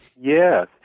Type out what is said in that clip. Yes